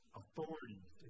authorities